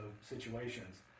situations